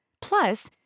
Plus